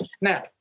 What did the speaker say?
now